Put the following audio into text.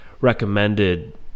recommended